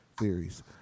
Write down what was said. theories